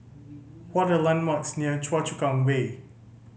what are the landmarks near Choa Chu Kang Way